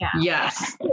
yes